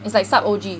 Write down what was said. it's like sub O_G